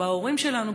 בהורים שלנו,